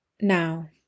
Now